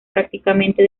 prácticamente